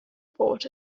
report